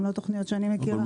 גם לא תוכניות שאני מכירה.